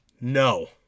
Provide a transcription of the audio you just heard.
No